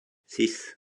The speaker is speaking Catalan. sis